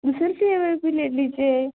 दूसरे फ्लेवर भी ले लीजिए